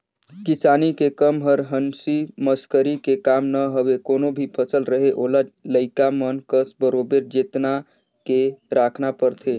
किसानी के कम हर हंसी मसकरी के काम न हवे कोनो भी फसल रहें ओला लइका मन कस बरोबर जेतना के राखना परथे